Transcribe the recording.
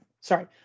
Sorry